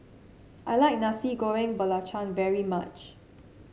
I like Nasi Goreng Belacan very much